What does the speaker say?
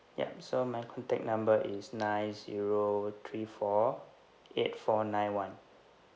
yup so my contact number is nine zero three four eight four nine one